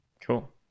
cool